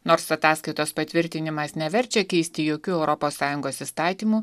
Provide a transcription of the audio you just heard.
nors ataskaitos patvirtinimas neverčia keisti jokių europos sąjungos įstatymų